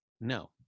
no